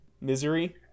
Misery